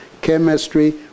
chemistry